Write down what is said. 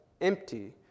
empty